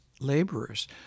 laborers